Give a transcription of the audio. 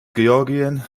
georgien